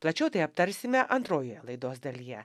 plačiau tai aptarsime antrojoje laidos dalyje